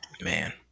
Man